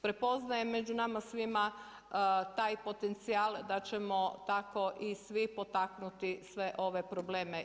Prepoznajem među nama svima taj potencijal da ćemo tako i svi potaknuti sve ove probleme.